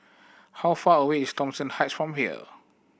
how far away is Thomson Heights from here